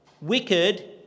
wicked